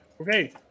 Okay